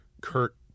Kurt